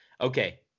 Okay